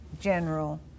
General